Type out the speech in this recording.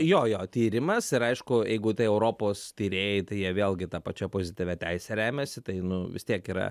jo jo tyrimas ir aišku jeigu tai europos tyrėjai tai jie vėlgi ta pačia pozityvia teise remiasi tai nu vis tiek yra